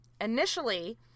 initially